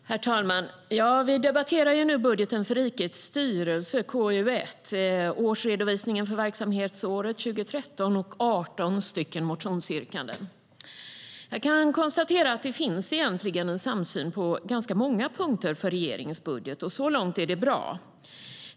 Herr talman! Vi debatterar nu KU1 och budgeten för rikets styrelse, riksdagsförvaltningens årsredovisning för verksamhetsåret 2013 och 18 motionsyrkanden. Jag kan konstatera att det på ganska många punkter finns en samsyn för regeringens budget, och så långt är det bra.